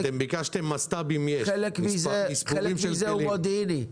חלק מזה הוא מודיעיני.